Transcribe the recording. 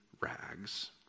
rags